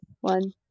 one